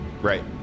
right